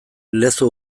lezo